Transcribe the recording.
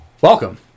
Welcome